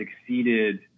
exceeded